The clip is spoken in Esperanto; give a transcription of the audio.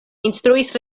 instruis